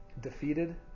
defeated